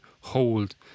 hold